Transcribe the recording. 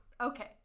Okay